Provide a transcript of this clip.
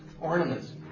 ornaments